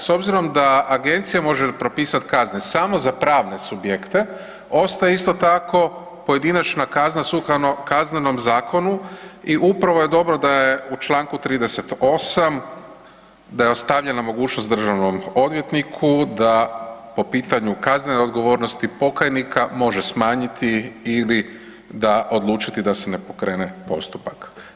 S obzirom da Agencija može propisati kazne samo za pravne subjekte ostaje isto tako pojedinačna kazna sukladno Kaznenom zakonu i upravo je dobro da je u članku 38. da je ostavljena mogućnost državnom odvjetniku da po pitanju kaznene odgovornosti pokajnika može smanjiti ili da odlučiti da se ne pokrene postupak.